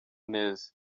neza